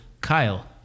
Kyle